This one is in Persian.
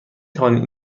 توانید